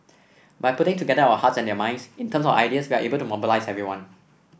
by putting together our hearts and their minds in terms of ideas we are able to mobilise everyone